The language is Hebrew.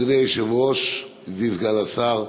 אדוני היושב-ראש, ידידי סגן השר,